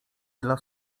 dla